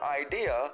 idea